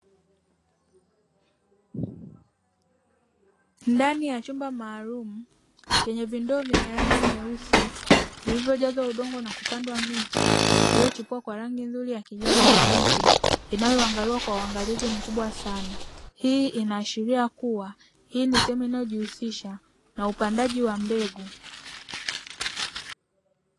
Ndani ya chumba maalumu chenye vindoo vyeusi, vilivyojazwa udongo na kupandwa miche iliyochipua vizuri yenye rangi ya kijani kibichi, inayoangaliwa kwa uangalizi mkubwa sana. Hii inaashiria kuwa ni sehemu inayojihusisha na upandaji wa mbegu.